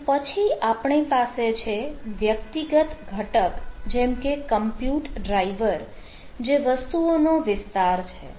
અને પછી આપણી પાસે છે વ્યક્તિગત ઘટક જેમકે કમ્પ્યુટ ડ્રાઇવર જે વસ્તુઓનો વિસ્તાર છે